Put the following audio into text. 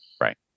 right